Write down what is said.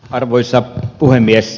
arvoisa puhemies